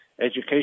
Education